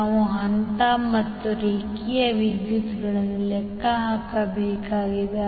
ನಾವು ಹಂತ ಮತ್ತು ರೇಖೆಯ ವಿದ್ಯುತ್ಗಳನ್ನು ಲೆಕ್ಕ ಹಾಕಬೇಕಾಗಿದೆ